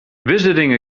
visiting